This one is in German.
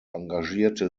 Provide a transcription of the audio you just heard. engagierte